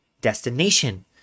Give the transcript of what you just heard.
destination